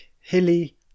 hilly